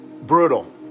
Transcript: brutal